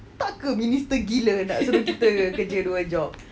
tak ke minister gila nak sama kita kerja dua job